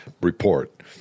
report